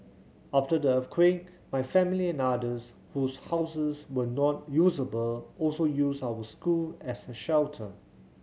after the earthquake my family and others whose houses were not usable also used our school as a shelter